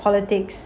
politics